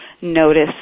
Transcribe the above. notice